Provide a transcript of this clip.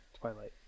twilight